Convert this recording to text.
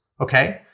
Okay